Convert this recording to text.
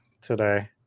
today